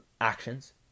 Actions